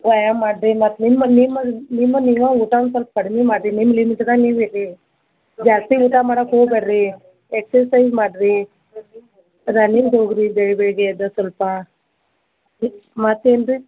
ವ್ಯಾಯಾಮ್ ಮಾಡ್ರಿ ಮತ್ತು ನಿಮ್ಮ ನಿಮ್ಮ ನಿಮ್ಮಲ್ಲಿ ಊಟನ ಸ್ವಲ್ಪ ಕಡ್ಮೆ ಮಾಡ್ರಿ ನಿಮ್ಮ ಲಿಮಿಟ್ ನೀವು ಇರ್ರಿ ಜಾಸ್ತಿ ಊಟ ಮಾಡೋಕೆ ಹೋಗ್ಬ್ಯಾಡ್ರಿ ಎಕ್ಸರ್ಸೈಜ್ ಮಾಡ್ರಿ ರನ್ನಿಂಗ್ ಹೋಗ್ರಿ ಬೆಳಿ ಬೆಳಗ್ಗೆ ಎದ್ದು ಸ್ವಲ್ಪ ಮತ್ತು ಏನ್ರಿ